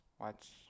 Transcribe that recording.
watch